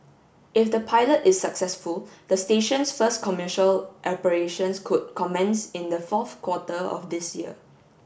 if the pilot is successful the station's first commercial operations could commence in the fourth quarter of this year